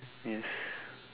yes